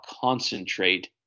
concentrate